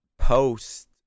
Post